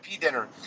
dinner